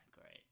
great